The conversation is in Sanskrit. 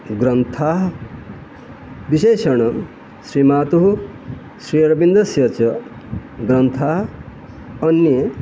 ग्रन्थाः विशेषेण श्रीमातुः श्री अरविन्दस्य च ग्रन्थाः अन्ये